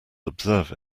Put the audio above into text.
observe